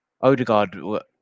Odegaard